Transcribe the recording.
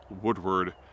Woodward